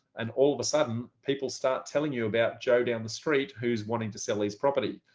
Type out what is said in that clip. and all of a sudden, people start telling you about joe down the street who's wanting to sell his property.